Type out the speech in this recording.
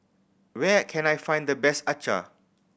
where can I find the best acar